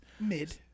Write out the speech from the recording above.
Mid